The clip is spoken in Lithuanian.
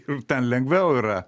ir ten lengviau yra